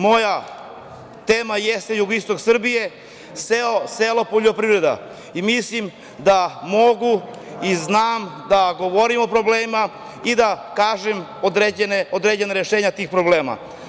Moja tema jeste jugoistok Srbije, selo, poljoprivreda, i mislim da mogu, i znam da govorim o problemima i da kažem određena rešenja tih problema.